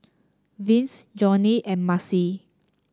Vince Jonnie and Maci